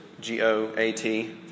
G-O-A-T